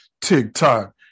TikTok